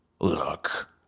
Look